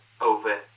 over